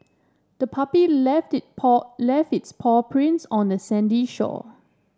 the puppy left it paw left its paw prints on the sandy shore